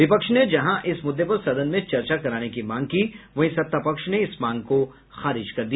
विपक्ष ने जहां इस मुद्दे पर सदन में चर्चा कराने की मांग की वहीं सत्तापक्ष ने इस मांग को खारिज कर दिया